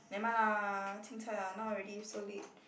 never mind lah chin-cai lah now already so late